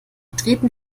treten